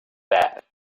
bad